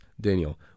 Daniel